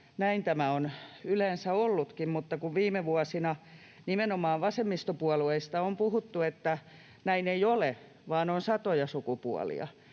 näin tämä on yleensä ollutkin. Mutta kun viime vuosina nimenomaan vasemmistopuolueista on puhuttu, että näin ei ole vaan on satoja sukupuolia,